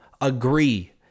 agree